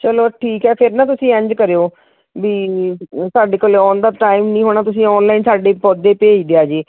ਚਲੋ ਠੀਕ ਹੈ ਫਿਰ ਨਾ ਤੁਸੀਂ ਇੰਝ ਕਰਿਓ ਵੀ ਤੁਹਾਡੇ ਕੋਲ ਆਉਣ ਦਾ ਟਾਈਮ ਨਹੀਂ ਹੋਣਾ ਤੁਸੀਂ ਆਨਲਾਈਨ ਸਾਡੇ ਪੌਦੇ ਭੇਜ ਦਿਆ ਜੇ